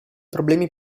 problemi